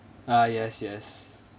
ah yes yes